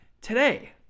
Today